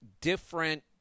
different